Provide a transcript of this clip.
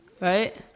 Right